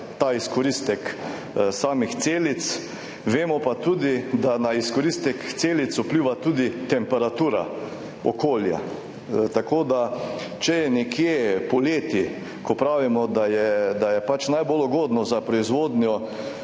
izkoristek celic, vemo pa tudi, da na izkoristek celic vpliva tudi temperatura okolja. Poleti, ko pravimo, da je najbolj ugodno za proizvodnjo